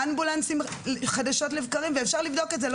אמבולנסים חדשות לבקרים ואפשר לבדוק את זה,